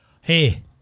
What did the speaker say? Hey